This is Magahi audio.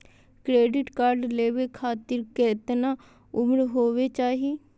क्रेडिट कार्ड लेवे खातीर कतना उम्र होवे चाही?